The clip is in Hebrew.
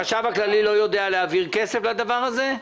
החשב הכללי לא יודע להעביר כסף לדבר הזה?